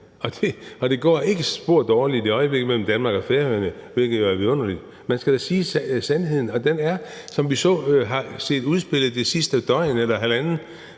og det går ikke spor dårligt i øjeblikket mellem Danmark og Færøerne, hvilket jo er vidunderligt. Man skal da sige sandheden, og den er, som vi har set det udspille sig det sidste døgn eller halvandet,